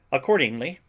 accordingly,